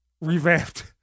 revamped